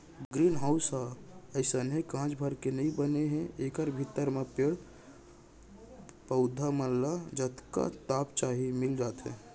green house ह अइसने कांच भर के नइ बने हे एकर भीतरी म पेड़ पउधा मन ल जतका ताप चाही मिल जाथे